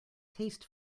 taste